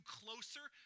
closer